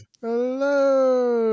Hello